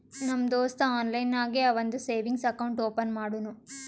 ನಮ್ ದೋಸ್ತ ಆನ್ಲೈನ್ ನಾಗೆ ಅವಂದು ಸೇವಿಂಗ್ಸ್ ಅಕೌಂಟ್ ಓಪನ್ ಮಾಡುನೂ